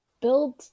build